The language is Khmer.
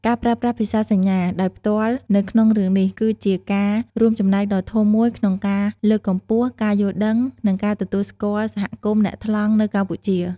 ការប្រើប្រាស់ភាសាសញ្ញាដោយផ្ទាល់នៅក្នុងរឿងនេះ គឺជាការរួមចំណែកដ៏ធំមួយក្នុងការលើកកម្ពស់ ការយល់ដឹង និងការទទួលស្គាល់សហគមន៍អ្នកថ្លង់ នៅកម្ពុជា ។